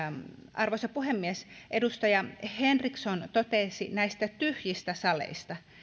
arvoisa puhemies edustaja henriksson totesi näistä tyhjistä saleista